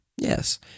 Yes